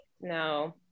No